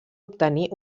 obtenir